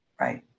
Right